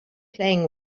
playing